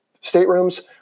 staterooms